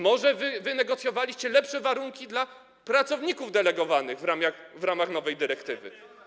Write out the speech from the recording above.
Może wynegocjowaliście lepsze warunki dla pracowników delegowanych w ramach nowej dyrektywy?